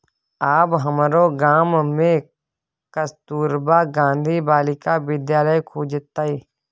आब हमरो गाम मे कस्तूरबा गांधी बालिका विद्यालय खुजतै